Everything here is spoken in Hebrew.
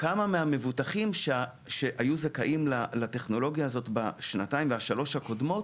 כמה מבוטחים היו זכאים לטכנולוגיה הזאת בשנתיים והשלוש הקודמות.